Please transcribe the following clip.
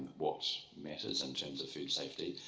what matters in terms of food safety,